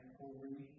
holy